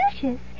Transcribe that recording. Delicious